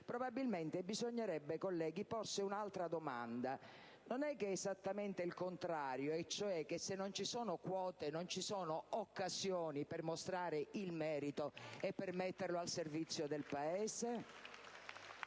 probabilmente bisognerebbe, colleghi, porsi un'altra domanda: non è che magari è esattamente il contrario, cioè che se non ci sono quote non ci sono occasioni per mostrare il merito e metterlo al servizio del Paese?